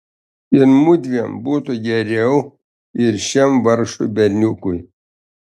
ir mudviem būtų geriau ir šiam vargšui berniukui